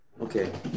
Okay